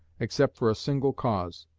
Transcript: except for a single cause.